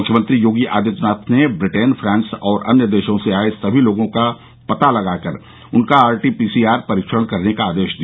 मुख्यमंत्री योगी आदित्यनाथ ने Britain France और अन्य देशों से आए सभी लोगों का पता लगाकर उनका आरटीपीसीआर परीक्षण करने का आदेश दिया